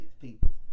people